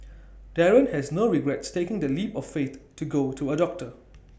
Darren has no regrets taking that leap of faith to go to A doctor